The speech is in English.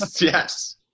yes